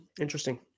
Interesting